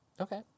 Okay